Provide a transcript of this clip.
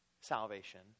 salvation